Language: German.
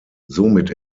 somit